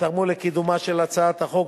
ותרמו לקידומה של הצעת החוק.